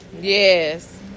Yes